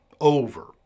over